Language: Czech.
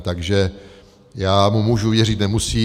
Takže já mu můžu věřit, nemusím.